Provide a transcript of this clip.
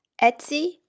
Etsy